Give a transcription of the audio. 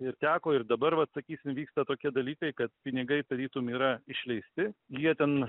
ir teko ir dabar vat sakysim vyksta tokie dalykai kad pinigai tarytum yra išleisti jie ten